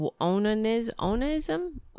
onanism